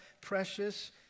precious